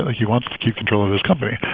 ah he wants to keep control of his company.